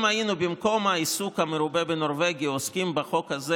אם במקום העיסוק המרובה בנורבגי היינו עוסקים בחוק הזה